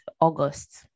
August